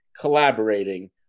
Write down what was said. collaborating